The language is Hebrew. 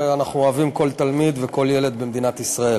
ואנחנו אוהבים כל תלמיד וכל ילד במדינת ישראל.